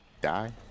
die